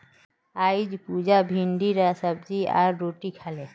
अईज पुजा भिंडीर सब्जी आर रोटी खा ले